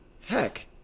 Heck